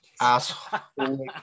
asshole